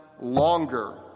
longer